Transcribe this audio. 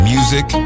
Music